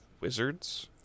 wizards